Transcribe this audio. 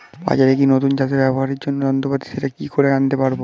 বাজারে কি নতুন চাষে ব্যবহারের জন্য যন্ত্রপাতি সেটা কি করে জানতে পারব?